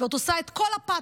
ואת עושה את כל הפאתוס.